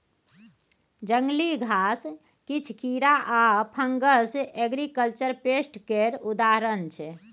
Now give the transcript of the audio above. जंगली घास, किछ कीरा आ फंगस एग्रीकल्चर पेस्ट केर उदाहरण छै